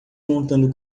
montando